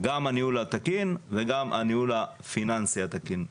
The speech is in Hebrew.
גם הניהול התקין וגם הניהול הפיננסי התקין,